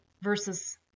versus